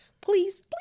please